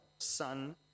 Son